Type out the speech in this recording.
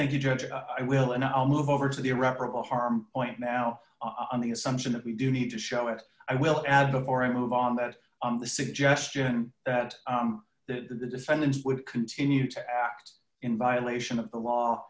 thank you judge i will and i'll move over to the irreparable harm point now on the assumption that we do need to show it i will add before i move on that the suggestion that the defendants would continue to act in violation of the law